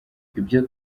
ibyo